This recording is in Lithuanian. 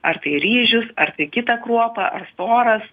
ar tai ryžius ar tai kitą kruopą ar soras